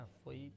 foi